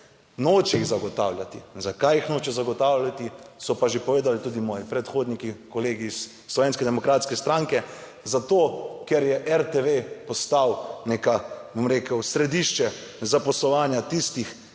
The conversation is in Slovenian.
noče jih zagotavljati, zakaj jih noče zagotavljati so pa že povedali tudi moji predhodniki, kolegi iz Slovenske demokratske stranke, zato, ker je RTV postal neka, bom rekel, središče zaposlovanja tistih,